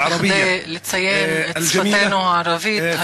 לציין את שפתנו הערבית,